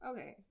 Okay